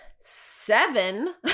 seven